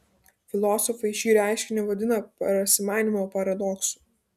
filosofai šį reiškinį vadina prasimanymo paradoksu